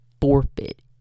forfeit